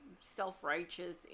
self-righteous